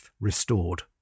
restored